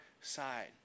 side